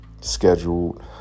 scheduled